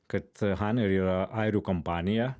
kad haner ir yra airių kompanija